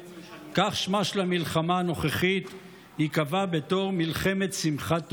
כך שמה של המלחמה הנוכחית ייקבע בתור "מלחמת שמחת תורה".